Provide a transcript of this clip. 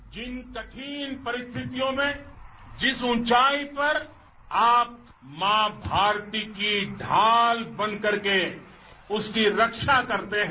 जिन कठिन परिस्थियों में जिस ऊंचाई पर आप मां भारती की ढाल बनकर के उसकी रक्षा करते हैं